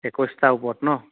একৈছটা ওপৰত ন